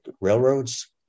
railroads